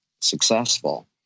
successful